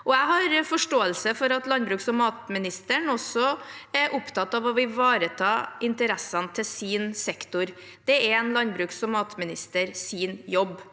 Jeg har forståelse for at landbruks- og matministeren er opptatt av å ivareta interessene til sin sektor. Det er en landbruks- og matministers jobb.